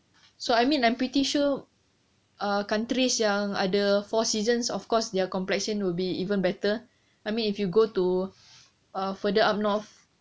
so I mean I'm pretty sure uh countries yang ada four seasons of course their complexion would be even better I mean if you go to ah further up north